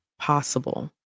possible